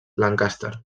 lancaster